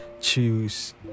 choose